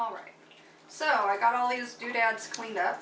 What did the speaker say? all right so i got all these doodads cleaned up